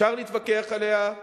אפשר להתווכח עליה,